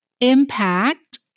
impact